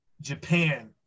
Japan